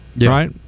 Right